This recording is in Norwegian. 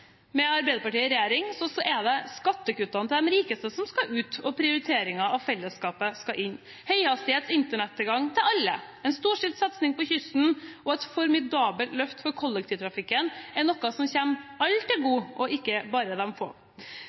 med Arbeiderpartiet i regjering er det skattekuttene til de rikeste som skal ut, mens prioriteringene til fellesskapet skal inn. Tilgang til høyhastighetsnett for alle, en storstilt satsing på kysten og et formidabelt løft for kollektivtrafikken er noe som kommer alle til gode, ikke bare de få.